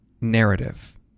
narrative